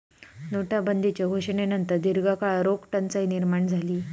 नोटाबंदीच्यो घोषणेनंतर दीर्घकाळ रोख टंचाई निर्माण झाली